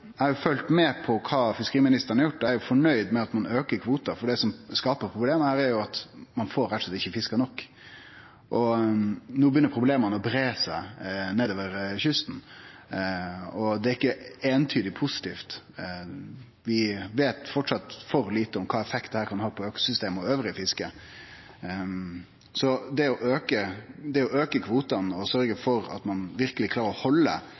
Eg har følgt med på kva fiskeriministeren har gjort, og eg er fornøgd med at ein aukar kvota, for det som skaper problem her, er at ein rett og slett ikkje får fiska nok. No begynner problema å breie seg nedover kysten, og det er ikkje eintydig positivt. Vi veit framleis for lite om kva effekt dette kan ha på økosystemet og på fisket elles, så det å auke kvotane og sørgje for at ein verkeleg klarer å halde